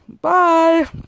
Bye